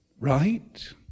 right